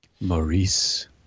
maurice